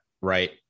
right